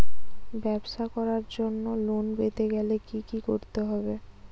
ব্যবসা করার জন্য লোন পেতে গেলে কি কি করতে হবে?